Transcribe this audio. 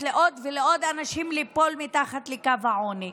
לעוד ולעוד אנשים ליפול מתחת לקו העוני.